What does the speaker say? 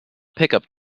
pickup